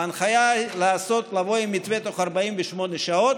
ההנחיה היא לבוא עם מתווה תוך 48 שעות.